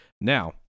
Now